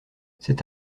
c’est